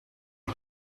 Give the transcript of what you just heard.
you